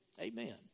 Amen